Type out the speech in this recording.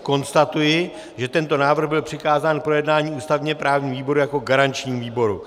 Konstatuji, že tento návrh byl přikázán k projednání ústavněprávnímu výboru jako garančnímu výboru.